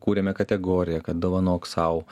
kūrėme kategoriją kad dovanok sau